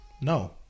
no